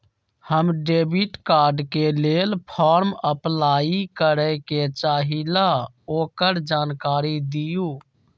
हम debit card के लेल फॉर्म अपलाई करे के चाहीं ल ओकर जानकारी दीउ?